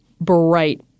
bright